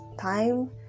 time